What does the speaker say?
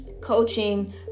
coaching